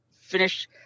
finish